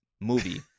movie